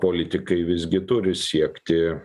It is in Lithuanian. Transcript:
politikai visgi turi siekti